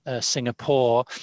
Singapore